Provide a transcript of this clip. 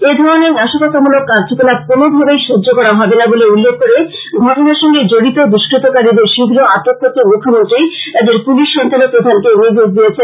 এই ধরনের নাশকতামূলক কার্যকলাপ কোনভাবেই সহ্য করা হবে না বলে উল্লেখ করে ঘটনার সঙ্গে জড়িত দুষ্কতকারীদের শীঘ্র আটক করতে মুখ্যমন্ত্রী রাজ্যের পুলিশ সঞ্চালক প্রধানকে নির্দেশ দিয়েছেন